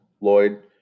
Lloyd